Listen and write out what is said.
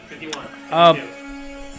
51